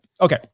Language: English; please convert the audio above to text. Okay